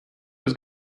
was